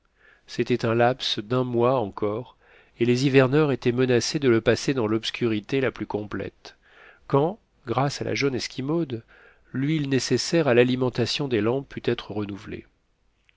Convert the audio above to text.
c'était un laps d'un mois encore et les hiverneurs étaient menacés de le passer dans l'obscurité la plus complète quand grâce à la jeune esquimaude l'huile nécessaire à l'alimentation des lampes put être renouvelée